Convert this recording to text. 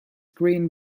green